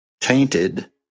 tainted